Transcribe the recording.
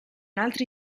altri